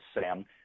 Sam